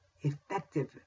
effective